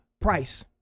Price